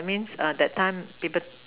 that means err that time people